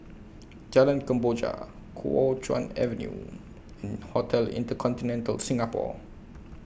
Jalan Kemboja Kuo Chuan Avenue and Hotel InterContinental Singapore